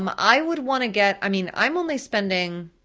um i would want to get, i mean i'm only spending,